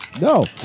No